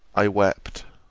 i wept.